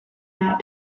that